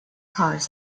cars